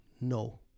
No